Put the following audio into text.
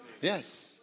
Yes